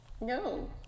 no